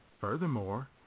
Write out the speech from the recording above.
Furthermore